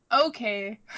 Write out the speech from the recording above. okay